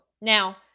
now